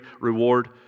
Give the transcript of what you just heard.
reward